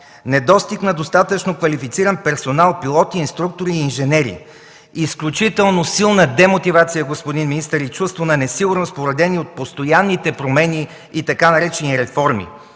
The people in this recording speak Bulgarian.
недостиг на достатъчно квалифициран персонал – пилоти, инструктори и инженери, изключително силна демотивация и чувство на несигурност, породени от постоянните промени и така наречените реформи.